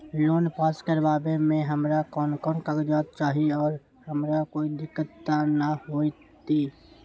Loan pass करवावे में हमरा कौन कौन कागजात चाही और हमरा कोई दिक्कत त ना होतई?